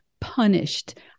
punished